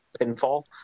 pinfall